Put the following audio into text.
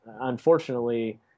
unfortunately